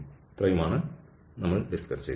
ഇത്രയുമാണ് നമ്മൾ ഡിസ്കസ് ചെയ്തത്